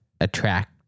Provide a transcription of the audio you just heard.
attract